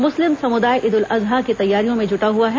मुस्लिम समुदाय ईद उल अजहा की तैयारियों में जुटा हुआ है